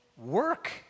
work